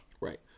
Right